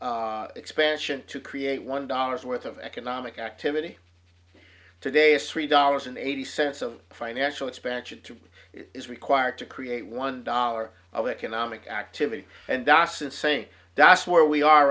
expansion to create one dollar's worth of economic activity today is three dollars and eighty cents of financial expansion two is required to create one dollar of economic activity and dyson saying that's where we are